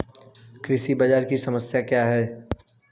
कृषि बाजार की समस्या क्या है?